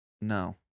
No